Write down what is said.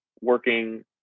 working